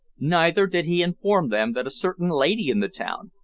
neither did he inform them that a certain lady in the town,